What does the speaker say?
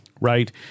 right